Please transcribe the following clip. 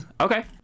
Okay